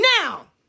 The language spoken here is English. Now